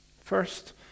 First